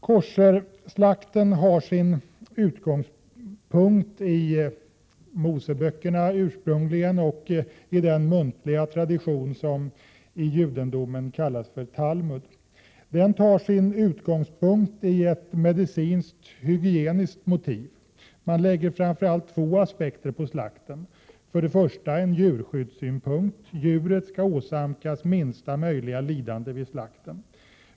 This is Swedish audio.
Koscherslakten har sin utgångspunkt i Moseböckerna och i den muntliga tradition som i judendomen kallas Talmud. Utgångspunkten är ett medicinskt-hygieniskt motiv. Man lägger framför allt två aspekter på slakten, för det första en djurskyddssynpunkt. Djuret skall åsamkas minsta möjliga lidande vid slakten.